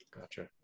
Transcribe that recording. Gotcha